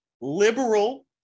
liberal